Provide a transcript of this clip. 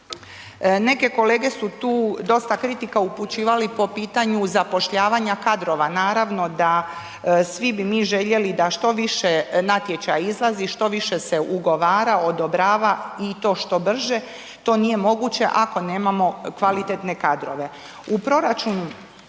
Neke kolege su tu dosta kritika upućivali po pitanju zapošljavanja kadrova, naravno da svi bi mi željeli da što više natječaja izlazi, što više se ugovara, odobrava i to što brže, to nije moguće ako nemamo kvalitetne kadrove. U proračun